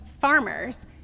farmers